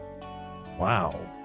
Wow